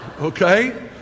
Okay